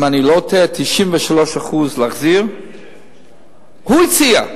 אם אני לא טועה, להחזיר 93%. הוא הציע.